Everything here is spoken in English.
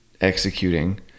executing